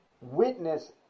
witness